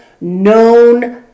known